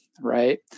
Right